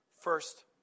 First